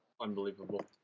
unbelievable